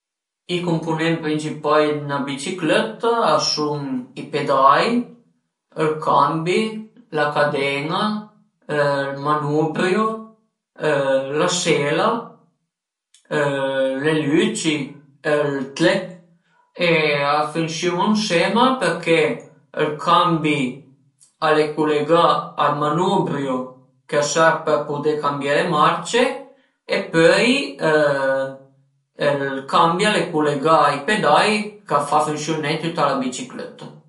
I cumpunent principai 'na biciclëtta a sun i pedai, ël cambi, la caden-a, ël manubrio, la sela, le lüci, ël tle e a funsiun-u ënsema përché ël cambi al e culegà al manubrio ch'a serv për pudé cambié le marce e pöi ël cambi al e culegà ai pedai ch'a fa funsiuné tüta la biciclëta